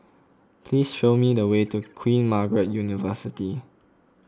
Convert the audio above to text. please show me the way to Queen Margaret University